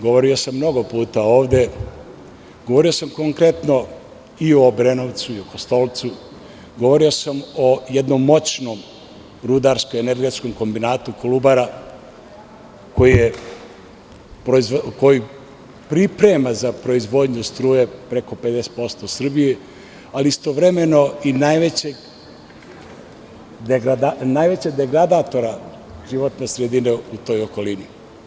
Govorio sam mnogo puta ovde, govorio sam konkretno i o Obrenovcu i o Kostolcu, govorio sam o jednom moćnom rudarsko-energetskom kombinatu Kolubara, koji priprema za proizvodnju struje preko 50% Srbije, ali istovremeno i najvećeg degradatora životne sredine u toj okolini.